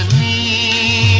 me